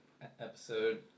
episode